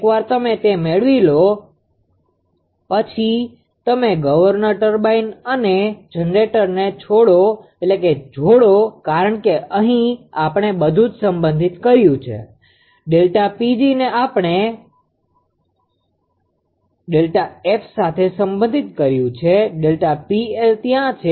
એકવાર તમે તે મેળવી લો તો પછી તમે ગવર્નર ટર્બાઇન અને જનરેટરને જોડો કારણ કે અહીં આપણે બધુ જ સંબંધિત કર્યું છે ΔPg ને આપણે Δf સાથે સંબંધિત કર્યુ છે ΔPL ત્યાં છે